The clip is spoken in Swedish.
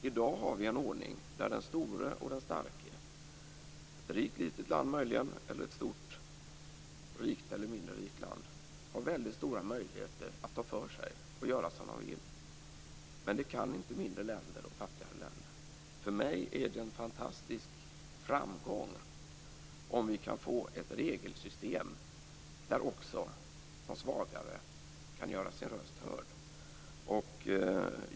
I dag har vi en ordning där den store och den starke - ett rikt litet land möjligen, eller ett stort rikt eller mindre rikt land - har stora möjligheter att ta för sig och göra som det vill. Det kan inte de mindre och fattigare länderna. För mig är det en fantastisk framgång om vi kan få ett regelsystem där också de svagare kan göra sin röst hörd.